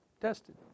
Tested